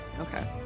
Okay